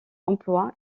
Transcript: emploie